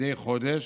מדי חודש